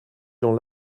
gens